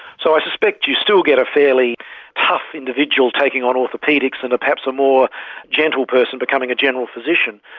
so i suspect you still get a fairly tough individual taking on orthopaedics and perhaps a more gentle person becoming a general physician.